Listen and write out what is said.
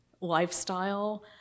lifestyle